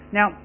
Now